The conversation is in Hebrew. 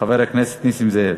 חבר הכנסת נסים זאב.